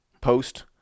post